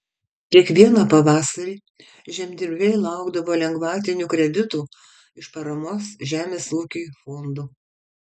kiekvieną pavasarį žemdirbiai laukdavo lengvatinių kreditų iš paramos žemės ūkiui fondo